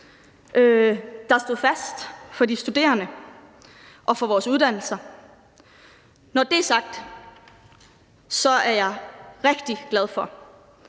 der stod fast for de studerende og for vores uddannelser. Når det er sagt, er jeg rigtig glad for,